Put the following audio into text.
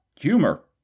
humor